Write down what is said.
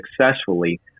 successfully